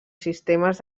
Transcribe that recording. sistemes